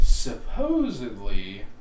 Supposedly